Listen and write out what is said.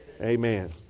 Amen